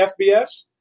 FBS